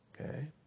Okay